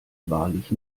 wahrlich